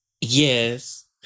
Yes